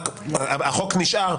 החוק נשאר,